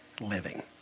living